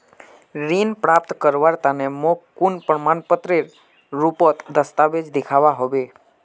ऋण प्राप्त करवार तने मोक कुन प्रमाणएर रुपोत दस्तावेज दिखवा होबे?